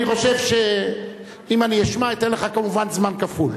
אם אני אשמע, אני אתן לך כמובן זמן כפול.